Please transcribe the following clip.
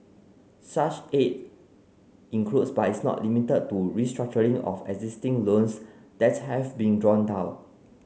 such aid includes but is not limited to restructuring of existing loans that have been drawn down